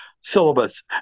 syllabus